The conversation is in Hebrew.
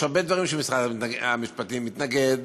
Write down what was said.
יש הרבה דברים שמשרד המשפטים מתנגד,